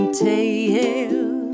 tell